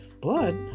Blood